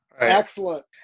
Excellent